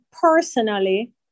personally